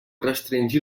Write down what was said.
restringir